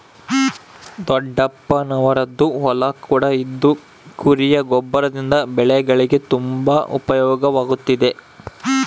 ದೊಡ್ಡಪ್ಪನವರದ್ದು ಹೊಲ ಕೂಡ ಇದ್ದು ಕುರಿಯ ಗೊಬ್ಬರದಿಂದ ಬೆಳೆಗಳಿಗೆ ತುಂಬಾ ಉಪಯೋಗವಾಗುತ್ತಿದೆ